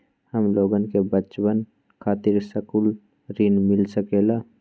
हमलोगन के बचवन खातीर सकलू ऋण मिल सकेला?